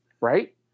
right